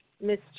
Miss